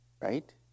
Right